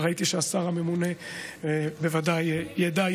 אבל ראיתי שהשר הממונה בוודאי ידע,